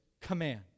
command